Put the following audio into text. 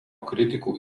kritikų